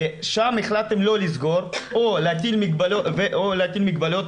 שם החלטתם לא לסגור או להטיל מגבלות מסוימות.